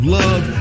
love